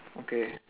okay